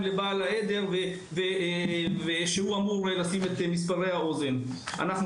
אצל בעל העדר שייקח את מספרי האוזניים וישים אותם בעצמו.